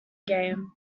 game